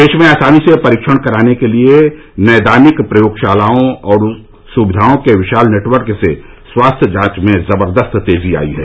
देश में आसानी से परीक्षण कराने के लिए नैदानिक प्रयोगशालाओं और सुविधाओं के विशाल नेटवर्क से स्वास्थ्य जांच में जबरदस्त तेजी आयी है